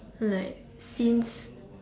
like since